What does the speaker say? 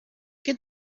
qué